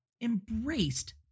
embraced